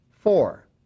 Four